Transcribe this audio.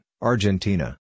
Argentina